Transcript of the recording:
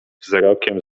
wzrokiem